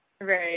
Right